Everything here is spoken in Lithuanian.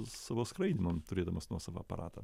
savo skraidymam turėdamas nuosavą aparatą